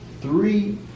Three